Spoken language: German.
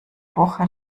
woche